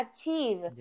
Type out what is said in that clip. achieve